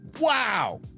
Wow